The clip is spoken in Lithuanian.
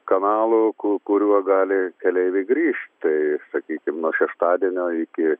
kanalų kuriuo gali keleiviai grįšt tai sakykim nuo šeštadienio iki